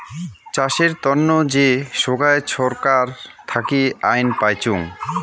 চাষের তন্ন যে সোগায় ছরকার থাকি আইন পাইচুঙ